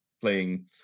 playing